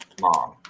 mom